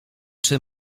czy